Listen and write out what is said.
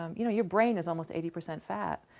um you know your brain is almost eighty percent fat,